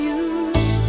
use